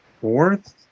fourth